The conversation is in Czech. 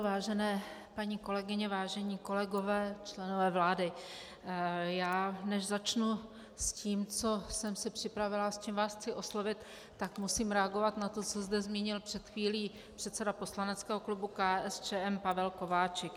Vážené paní kolegyně, vážení kolegové, členové vlády, než začnu s tím, co jsem si připravila a s čím vás chci oslovit, tak musím reagovat na to, co zde zmínil před chvílí předseda poslaneckého klubu KSČM Pavel Kováčik.